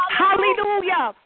hallelujah